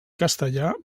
castellà